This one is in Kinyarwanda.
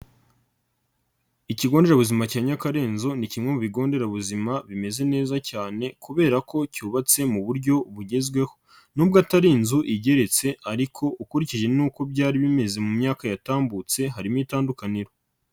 Ikigo nderabuzima cya Nyakarenzo ni kimwe mu bigo nderabuzima bimeze neza cyane kubera ko cyubatse mu buryo bugezweho, nubwo atari inzu igeretse ariko ukurikije nuko byari bimeze mu myaka yatambutse harimo itandukaniro.